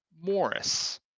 Morris